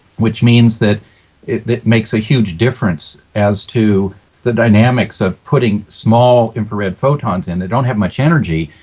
which means that it makes a huge difference as to the dynamics of putting small infrared photons, and they don't have much energy,